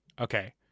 okay